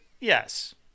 yes